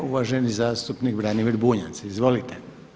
Uvaženi zastupnik Branimir Bunjac, izvolite.